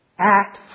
act